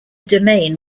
domain